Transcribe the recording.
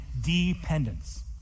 dependence